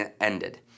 ended